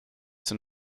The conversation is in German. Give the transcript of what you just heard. den